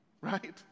right